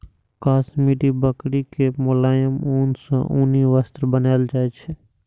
काश्मीरी बकरी के मोलायम ऊन सं उनी वस्त्र बनाएल जाइ छै